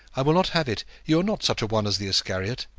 i will not have it. you are not such a one as the iscariot.